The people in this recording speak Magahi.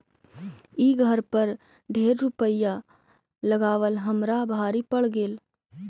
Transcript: ई घर पर ढेर रूपईया लगाबल हमरा भारी पड़ गेल